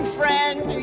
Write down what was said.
friend